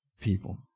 people